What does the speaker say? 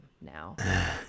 now